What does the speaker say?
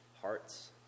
hearts